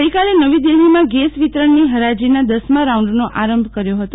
ગઈકાલે નવી દિલ્ફીમાં ગેસ વિતરણની ફરાજીના દસમા રાઉ ન્ડનો આરંભ ક ર્યો ફતો